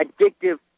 addictive